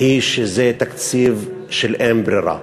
היא שזה תקציב של אין-ברירה.